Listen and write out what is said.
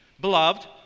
Beloved